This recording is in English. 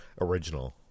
original